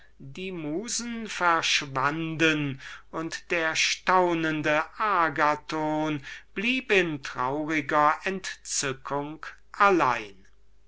die musen verschwanden und der staunende agathon blieb in trauriger entzückung allein